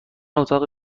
اتاق